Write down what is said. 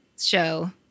show